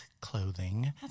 clothing